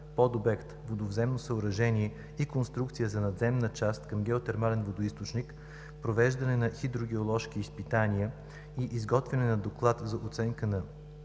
подобект „Водовземно съоръжение и конструкция за надземна част към геотермален водоизточник – провеждане на хидрогеоложки изпитания и изготвяне на доклад за оценка на